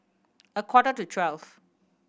a quarter to twelve